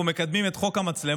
אנחנו מקדמים את חוק המצלמות.